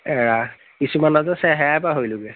এৰা কিছুমানৰ যে চেহেৰায়ে পাহৰিলোগৈ